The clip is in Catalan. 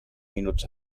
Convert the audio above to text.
minuts